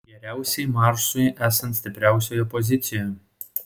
geriausiai marsui esant stipriausioje pozicijoje